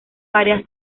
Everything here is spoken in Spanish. varias